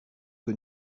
que